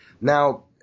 Now